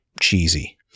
cheesy